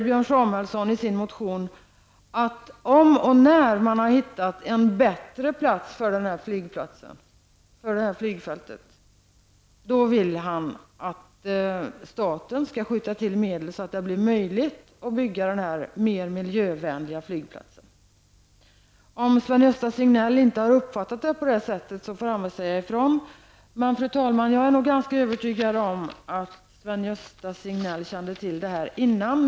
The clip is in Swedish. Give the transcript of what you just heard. Björn Samuelson säger i sin motion att om och när man har hittat en bättre plats för flygfältet vill han att staten skall skjuta till medel så att det blir möjligt att bygga denna mer miljövänliga flygplats. Om Sven-Gösta Signell inte har uppfattat det på det sättet får väl han säga ifrån. Men, fru talman, jag är ganska övertygad om att Sven-Gösta Signell kände till detta tidigare.